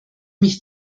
mich